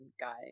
guy